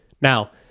Now